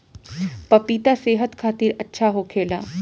पपिता सेहत खातिर अच्छा होखेला